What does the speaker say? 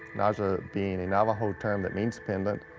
naja being a navajo term that means pendant.